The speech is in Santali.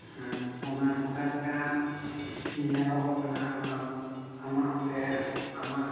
ᱦᱮᱸ ᱚᱱᱟ ᱚᱠᱟ ᱞᱮᱠᱟ ᱧᱮᱞᱚᱜᱚᱜ ᱠᱟᱱᱟ ᱦᱟᱜ ᱠᱷᱟᱱ ᱟᱢᱟᱜ ᱥᱮ ᱟᱢᱟᱜ